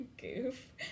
Goof